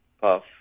puff